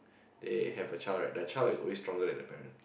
they have a child right their child is always stronger than the parent